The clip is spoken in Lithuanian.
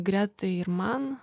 gretai ir man